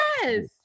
Yes